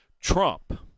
Trump